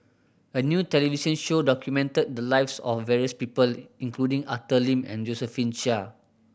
a new television show documented the lives of various people including Arthur Lim and Josephine Chia